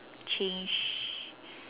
change